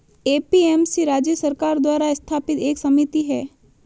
APMC राज्य सरकार द्वारा स्थापित एक समिति है